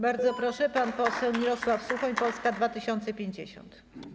Bardzo proszę, pan poseł Mirosław Suchoń, Polska 2050.